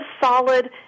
solid